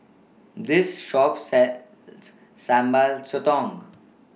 This Shop sells Sambal Sotong